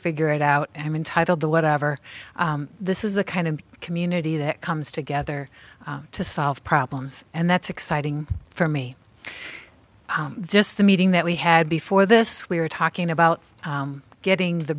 figure it out i am entitled to whatever this is a kind of community that comes together to solve problems and that's exciting for me just the meeting that we had before this we were talking about getting the